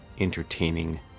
entertaining